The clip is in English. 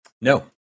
No